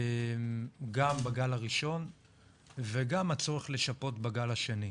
גם בגל הראשון וגם הצורך לשפות בגל השני.